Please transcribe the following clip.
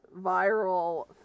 Viral